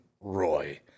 Roy